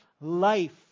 life